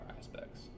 aspects